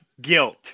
guilt